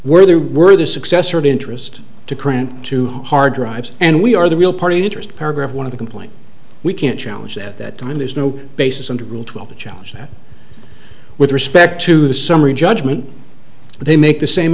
were there were the successor of interest to print two hard drives and we are the real party interest paragraph one of the complaint we can challenge at that time there's no basis and rule twelve a challenge that with respect to the summary judgment they make the same